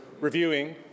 reviewing